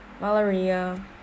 malaria